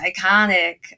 iconic